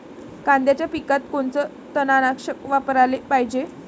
कांद्याच्या पिकात कोनचं तननाशक वापराले पायजे?